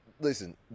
Listen